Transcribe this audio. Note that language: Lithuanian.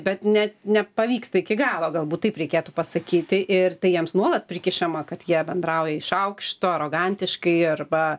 bet ne nepavyksta iki galo galbūt taip reikėtų pasakyti ir tai jiems nuolat prikišama kad jie bendrauja iš aukšto arogantiškai arba